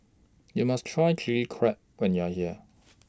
YOU must Try Chilli Crab when YOU Are here